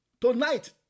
Tonight